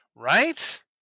Right